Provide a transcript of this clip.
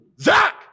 Zach